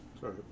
Sorry